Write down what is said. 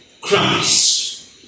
Christ